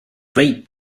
rate